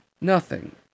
Nothing